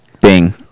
Bing